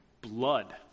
blood